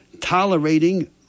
tolerating